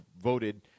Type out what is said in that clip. voted